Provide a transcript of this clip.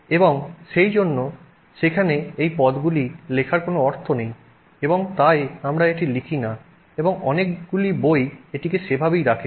এবং সেইজন্য সেখানে এই পদগুলি লেখার কোনও অর্থ নেই এবং তাই আমরা এটি লিখি না এবং অনেকগুলি বই এটিকে সেভাবেই রাখে